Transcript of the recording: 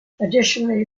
additionally